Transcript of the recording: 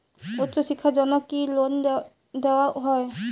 উচ্চশিক্ষার জন্য কি লোন দেওয়া হয়?